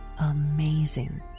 amazing